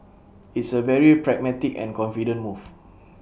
it's A very pragmatic and confident move